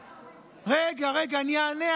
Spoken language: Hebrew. רגע, אני אענה,